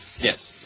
Yes